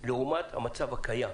לעומת המצב הקיים?